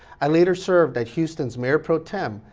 i later served at houston's mayor pro tem,